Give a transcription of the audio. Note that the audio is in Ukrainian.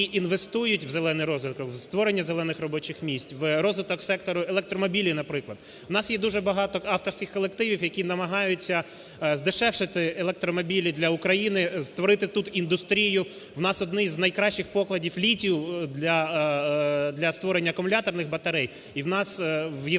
які інвестують у зелений розвиток, у створення зелених робочих місць, у розвиток сектору електромобілів, наприклад. У нас є дуже багато авторських колективів, які намагаються здешевшати електромобілі для України, створити тут індустрію у нас одні з найкращих покладів літію для створення акумуляторних батарей, і у нас в Європі